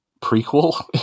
prequel